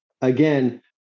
Again